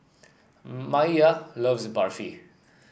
Maiya loves Barfi